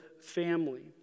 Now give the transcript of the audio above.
family